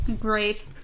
Great